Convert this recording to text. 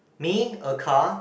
me a car